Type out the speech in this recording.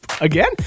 Again